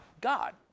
God